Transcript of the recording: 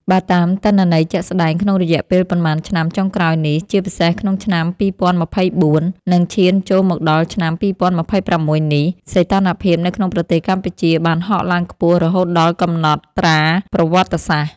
បើតាមទិន្នន័យជាក់ស្តែងក្នុងរយៈពេលប៉ុន្មានឆ្នាំចុងក្រោយនេះ ជាពិសេសក្នុងឆ្នាំ ២០២៤ និងឈានចូលមកដល់ឆ្នាំ ២០២៦ នេះ សីតុណ្ហភាពនៅក្នុងប្រទេសកម្ពុជាបានហក់ឡើងខ្ពស់រហូតដល់កំណត់ត្រាប្រវត្តិសាស្ត្រ។